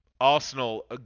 Arsenal